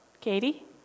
Katie